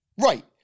Right